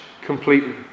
completely